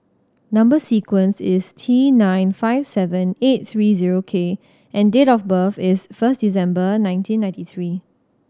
number sequence is T nine five seven eight three zero K and date of birth is first December nineteen ninety three